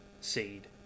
seed